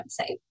website